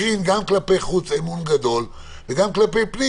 זה יקרין גם כלפי חוץ אמון גדול וגם כלפי פנים,